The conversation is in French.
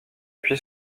appui